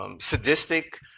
Sadistic